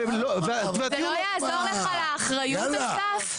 זה לא יעזור לך לאחריות אסף?